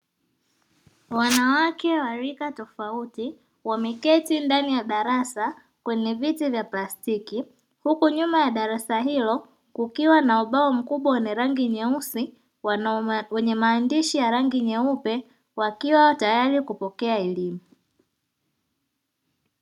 Wanawake wa rika tofauti wameketi ndani ya darasa kwenye viti vya plastiki huku nyuma ya darasa hilo kukiwa na ubao mkubwa wenye rangi nyeusi wenye maandishi ya rangi nyeupe wakiwa tayari kupokea elimu.